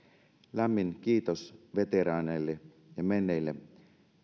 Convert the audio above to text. lämmin kiitos veteraaneille ja menneille